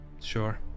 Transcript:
Sure